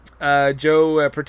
Joe